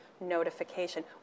Notification